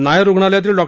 नायर रुग्णालयातील डॉ